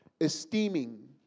Esteeming